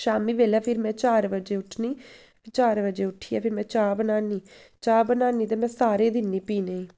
शामी बेल्लै फिर में चार बजे उट्ठनी चार बजे उट्ठियै फिर चाह् बनान्नीं चाह् बनान्नीं ते में सारें दिन्नी पीने गी